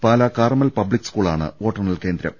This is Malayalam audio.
പാലാ കാർമൽ പബ്ലിക് സ്കൂളാണ് വോട്ടെണ്ണൽ കേന്ദ്രം